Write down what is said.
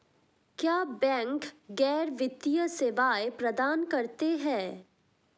क्या बैंक गैर वित्तीय सेवाएं प्रदान करते हैं?